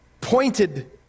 pointed